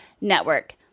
network